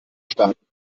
staaten